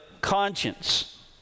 conscience